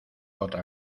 otra